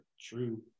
true